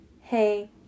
hey